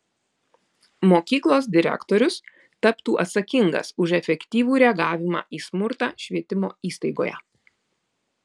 mokyklos direktorius taptų atsakingas už efektyvų reagavimą į smurtą švietimo įstaigoje